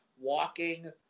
walking